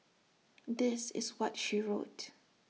this is what she wrote